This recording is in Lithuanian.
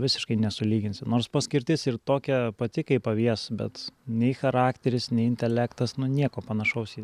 visiškai nesulyginsi nors paskirtis ir tokia pati kaip avies bet nei charakteris nei intelektas nu nieko panašaus į